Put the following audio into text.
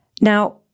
Now